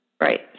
Right